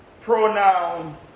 pronoun